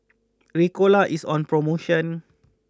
Ricola is on promotion